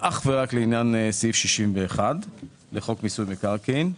ואך ורק לעניין סעיף 61 לחוק מיסוי מקרקעין.